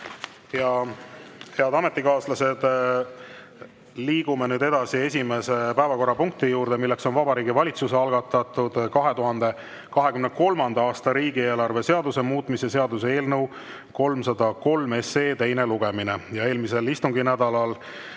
Head ametikaaslased! Liigume nüüd edasi esimese päevakorrapunkti juurde, milleks on Vabariigi Valitsuse algatatud 2023. aasta riigieelarve seaduse muutmise seaduse eelnõu 303 teine lugemine. Eelmisel istunginädalal